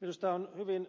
minusta on hyvin